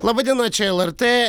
laba diena čia lrt